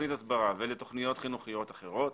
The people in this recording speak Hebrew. לתוכנית הסברה ולתוכניות חינוכיות אחרות,